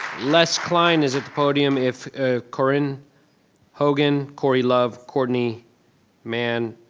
les cline is at the podium, if corrin howgan, corey love, courtney mann,